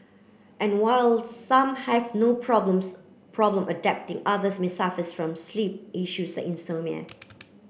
and while some have no problems problem adapting others may suffers from sleep issues like insomnia